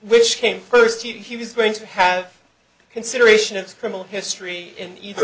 which came first he was going to have consideration of his criminal history in either